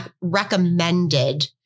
recommended